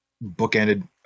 book-ended